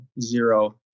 zero